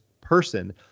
person